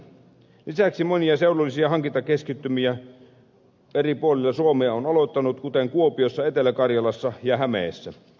lisäksi monia seudullisia hankintakeskittymiä on aloittanut eri puolilla suomea kuten kuopiossa etelä karjalassa ja hämeessä